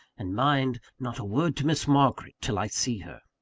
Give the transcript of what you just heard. and mind, not a word to miss margaret till i see her!